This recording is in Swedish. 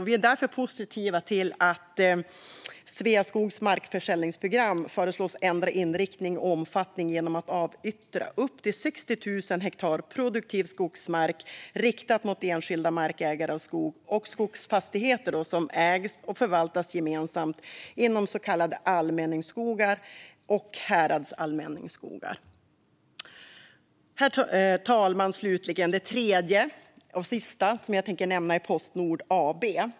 Vi är därför positiva till att Sveaskogs markförsäljningsprogram föreslås ändra inriktning och omfattning genom att det avyttras upp till 60 000 hektar produktiv skogsmark riktad till enskilda markägare av skog och skogsfastigheter som ägs och förvaltas gemensamt inom så kallade allmänningsskogar och häradsallmänningsskogar. Herr talman! Slutligen: Det tredje och sista som jag tänker nämna är Postnord AB.